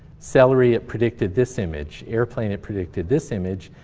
celery, it predicted this image. airplane, it predicted this image.